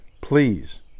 please